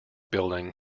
building